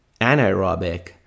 anaerobic